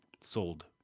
sold